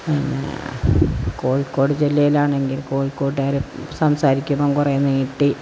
പിന്നെ കോഴിക്കോട് ജില്ലയിലാണെങ്കിൽ കോഴിക്കോട്ടുകാർ സംസാരിക്കുന്നത് കുറേ നീട്ടി